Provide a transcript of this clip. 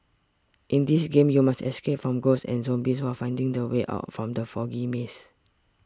in this game you must escape from ghosts and zombies while finding the way out from the foggy maze